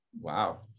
Wow